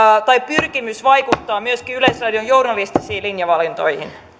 tai pyrkimys vaikuttaa myöskin yleisradion journalistisiin linjavalintoihin